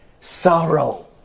sorrow